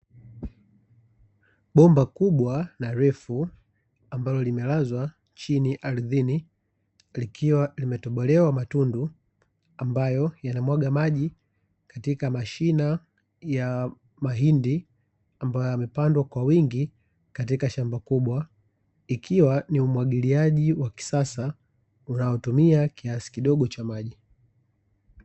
Bomba kubwa na refu ambalo limelazwa chini ardhini, likiwa limetobolewa matundu ambayo yanamwaga maji katika mashina ya mahindi ambayo amepandwa kwa wingi katika shamba kubwa ikiwa ni umwagiliaji wa kisasa unaotumia kiasi kidogo cha maji.